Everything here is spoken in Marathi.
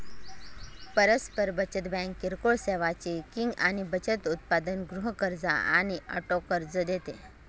परस्पर बचत बँक किरकोळ सेवा, चेकिंग आणि बचत उत्पादन, गृह कर्ज आणि ऑटो कर्ज देते